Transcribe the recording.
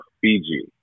Fiji